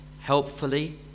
helpfully